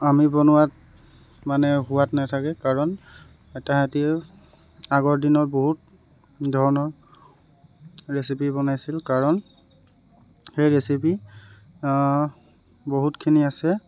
আমি বনোৱাত মানে সোৱাদ নাথাকে কাৰণ তাহাঁতিও আগৰ দিনত বহুত ধৰণৰ ৰেচিপি বনাইছিল কাৰণ সেই ৰেচিপি বহুতখিনি আছে